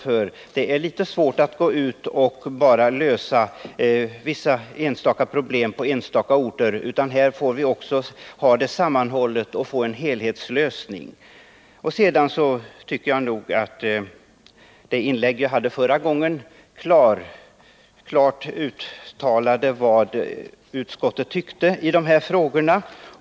Det är litet svårt att gå ut och bara lösa vissa problem på enstaka orter — vi måste göra det sammanhållet och få en helhetslösning. Jag tycker att jag i mitt förra inlägg klart uttalade vad utskottet anser i dessa frågor.